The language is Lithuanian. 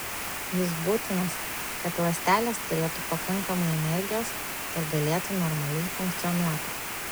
jis būtinas kad ląstelės turėtų pakankamai energijos ir galėtų normaliai funkcionuoti